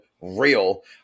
real